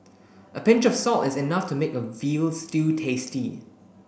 a pinch of salt is enough to make a veal stew tasty